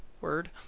Word